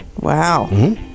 Wow